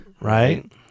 right